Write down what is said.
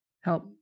help